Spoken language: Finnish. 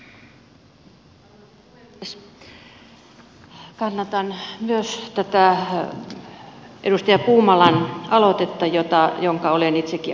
kannatan myös tätä edustaja puumalan aloitetta jonka olen itsekin allekirjoittanut